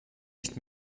nicht